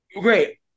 Great